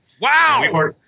Wow